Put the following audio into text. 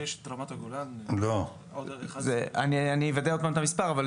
ויש את רמת הגולן --- אני אוודא עוד פעם את המספר,